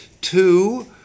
two